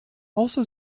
also